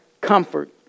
comfort